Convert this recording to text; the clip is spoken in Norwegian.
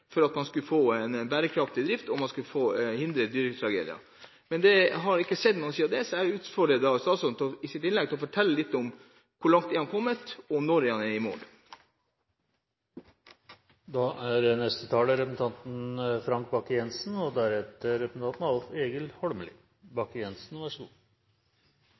for at man skulle få en bærekraftig drift og hindre dyretragedier. Men det har ikke skjedd noe siden den gang, så jeg utfordrer statsråden i dag i sitt innlegg til å fortelle litt om hvor langt han er kommet, og om når han er i mål. Til å være en forholdsvis liten næring – hvis vi måler den i produsert volum – er